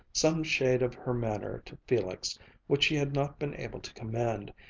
some shade of her manner to felix which she had not been able to command,